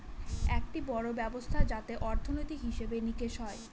একটি বড়ো ব্যবস্থা যাতে অর্থনীতি, হিসেব নিকেশ হয়